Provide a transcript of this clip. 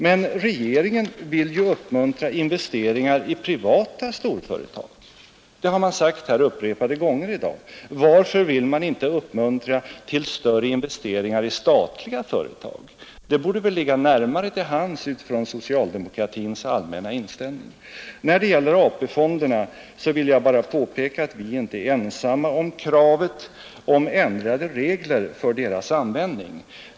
Men regeringen vill ju uppmuntra investeringar i privata storföretag — det har man sagt här upprepade gånger i dag. Varför vill man inte uppmuntra till större investeringar i statliga företag? Det borde väl ligga närmare till hands utifrån socialdemokratins program matiska inställning. När det gäller AP-fonderna vill jag bara påpeka att vi inte är ensamma om kravet på ändrade regler för deras användning.